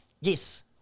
Yes